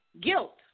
guilt